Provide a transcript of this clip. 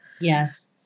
Yes